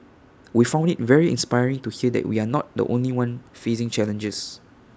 we found IT very inspiring to hear that we are not the only one facing challenges